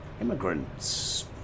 immigrants